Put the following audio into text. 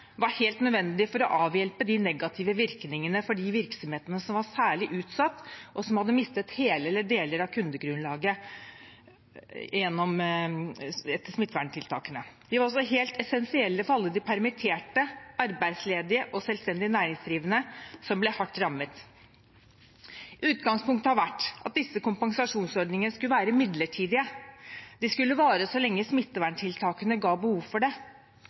var helt nødvendige for å avhjelpe de negative virkningene for de virksomhetene som var særlig utsatt og som hadde mistet hele eller deler av kundegrunnlaget etter smitteverntiltakene. De var også helt essensielle for alle de permitterte, arbeidsledige og selvstendig næringsdrivende som ble hardt rammet. Utgangspunktet har vært at disse kompensasjonsordningene skulle være midlertidige. De skulle vare så lenge smitteverntiltakene ga behov for det.